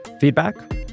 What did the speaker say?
feedback